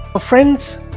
friends